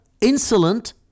insolent